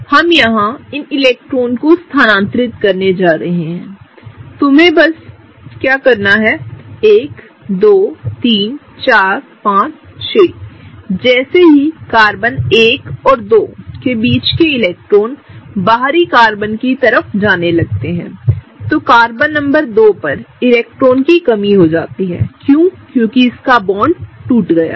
हम यहाँ इन इलेक्ट्रॉनों को स्थानांतरित करने जा रहे हैं ठीक है तुम्हें बस कहना है कि1 2 3 4 5 6 जैसे ही कार्बन 1 और 2 के बीच के इलेक्ट्रॉन बाहरी कार्बन की तरफ जाने लगते हैं तो कार्बन नंबर 2 पर इलेक्ट्रॉन की कमी हो जाती है क्योंकि इसका बॉन्ड टूट गया है